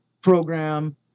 program